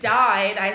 died